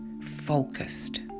focused